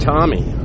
Tommy